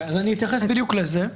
אתייחס לזה.